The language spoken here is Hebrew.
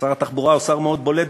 שר התחבורה הוא שר מאוד בולט.